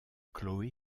chloé